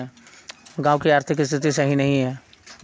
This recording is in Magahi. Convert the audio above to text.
गाँव की आर्थिक स्थिति सही नहीं है?